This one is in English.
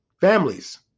Families